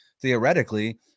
theoretically